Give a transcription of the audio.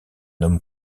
homme